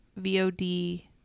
VOD